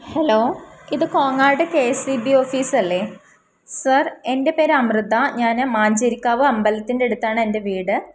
hello ഇത് Kongad K S E B ഓഫീസല്ലേ sir എൻ്റെ പേര് അമൃത ഞാൻ മഞ്ചേരിക്കാവ് അമ്പലത്തിൻ്റെ അടുത്താണ് എൻ്റെ വീട്